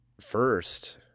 first